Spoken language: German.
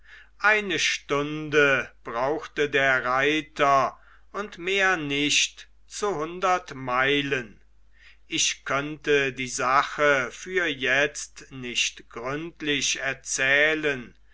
eine stunde brauchte der reiter und mehr nicht zu hundert meilen ich könnte die sache für jetzt nicht gründlich erzählen